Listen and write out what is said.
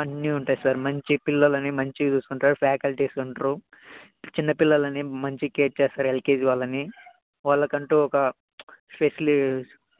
అన్నీ ఉంటాయి సార్ మంచి పిల్లలని మంచి చూసుకుంటారు ఫ్యాకల్టీస్ ఉంటారు చిన్నపిల్లలని మంచి కేర్ చేస్తారు ఎల్కేజీ వాళ్ళని వాళ్ళకంటూ ఒక స్పెషల్